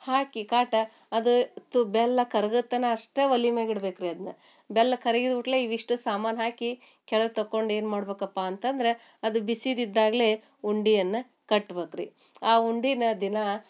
ಹಾಕಿ ಕಾಟ ಅದು ತು ಬೆಲ್ಲ ಕರ್ಗೋ ತನಕ ಅಷ್ಟೇ ಒಲೆ ಮ್ಯಾಲ್ ಇಡ್ಬೇಕು ರೀ ಅದನ್ನ ಬೆಲ್ಲ ಕರ್ಗಿದ ಕೂಡ್ಲೆ ಇವಿಷ್ಟು ಸಾಮಾನು ಹಾಕಿ ಕೆಳಗೆ ತೆಕ್ಕೊಂಡು ಏನು ಮಾಡಬೇಕಪ್ಪ ಅಂತಂದ್ರೆ ಅದು ಬಿಸಿದಿದ್ದಾಗಲೇ ಉಂಡೆಯನ್ನ ಕಟ್ಬೇಕ್ ರೀ ಆ ಉಂಡೆನ ದಿನಾ